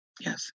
Yes